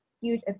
huge